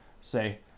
say